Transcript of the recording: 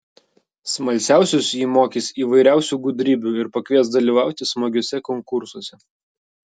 smalsiausius ji mokys įvairiausių gudrybių ir pakvies dalyvauti smagiuose konkursuose